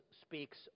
speaks